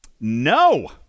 No